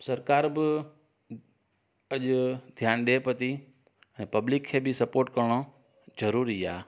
सरकार बि अॼु ध्यानु ॾिए पई थी ऐं पब्लिक खे बि सपोट करणो जरूरी आहे